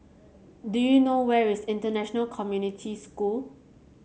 do you know where is International Community School